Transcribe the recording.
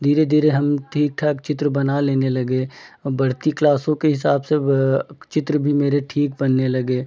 धीरे धीरे हम ठीक ठाक चित्र बना लेने लगे और बढ़ती क्लासों के हिसाब से चित्र भी मेरे ठीक बनने लगे